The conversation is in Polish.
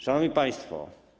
Szanowni Państwo!